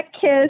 kiss